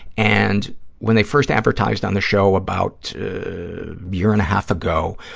and when they first advertised on the show about a year and a half ago,